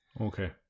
okay